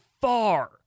far